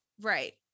Right